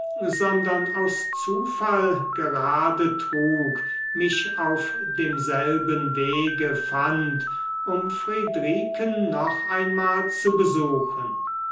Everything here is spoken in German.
sondern aus zufall gerade trug mich auf demselben wege fand um friedriken noch einmal zu besuchen